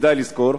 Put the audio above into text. וכדאי לזכור,